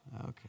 Okay